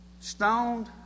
stoned